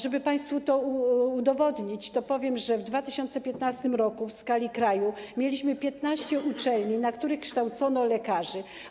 Żeby państwu to udowodnić, powiem, że w 2015 r. w skali kraju mieliśmy 15 uczelni, na których kształcono lekarzy.